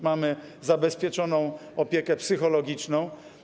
Mamy zabezpieczoną opiekę psychologiczną.